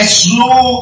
slow